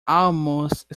almost